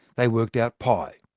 they worked out pi.